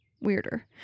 Weirder